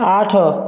ଆଠ